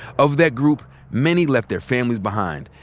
of that group, many left their families behind,